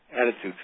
attitudes